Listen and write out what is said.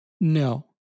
No